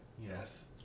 yes